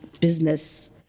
business